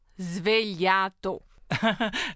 svegliato